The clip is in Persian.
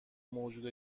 موجود